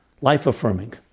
life-affirming